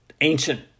ancient